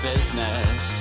business